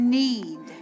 need